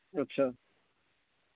अच्छा